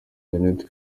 jeanette